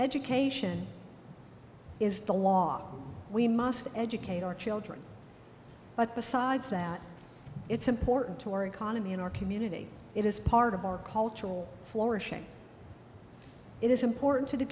education is the law we must educate our children but besides that it's important to our economy in our community it is part of our cultural it is important to the